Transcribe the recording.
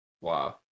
wow